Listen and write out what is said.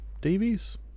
Davies